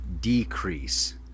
decrease